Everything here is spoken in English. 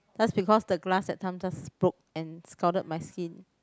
just because the glass that time just broke and scalded my skin